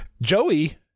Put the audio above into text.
joey